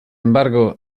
embargo